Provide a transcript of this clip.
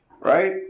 right